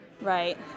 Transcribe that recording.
Right